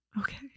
Okay